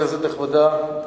כנסת נכבדה,